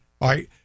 right